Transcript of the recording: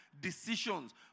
decisions